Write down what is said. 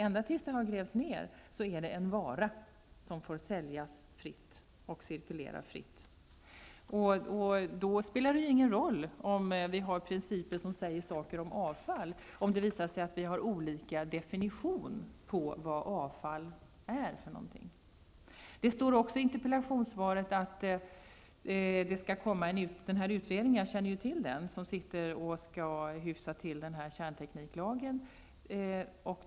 Ända tills avfallet har grävts ned betraktas det som en vara som får säljas och cirkulera fritt. Det spelar alltså ingen roll att Sverige har principer om avfall, om Sverige har en annan definition på vad avfall är. Det finns en utredning som skall hyfsa till kärntekniklagen.